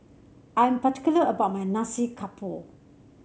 I'm particular about my Nasi Campur